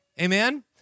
Amen